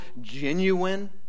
genuine